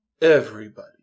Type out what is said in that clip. Everybody